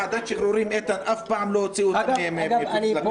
ועדת שחרורים אף פעם לא הוציאו אותם מחוץ לכלא.